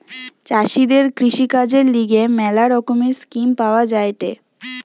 চাষীদের কৃষিকাজের লিগে ম্যালা রকমের স্কিম পাওয়া যায়েটে